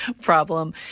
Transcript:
problem